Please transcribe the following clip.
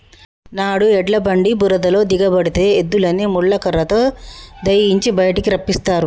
నాడు ఎడ్ల బండి బురదలో దిగబడితే ఎద్దులని ముళ్ళ కర్రతో దయియించి బయటికి రప్పిస్తారు